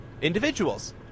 individuals